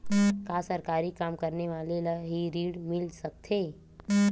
का सरकारी काम करने वाले ल हि ऋण मिल सकथे?